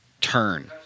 turn